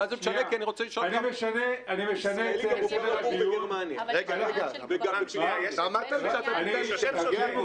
אני מתכוון לתת לכולם לדבר, הרי זה דיון מהותי.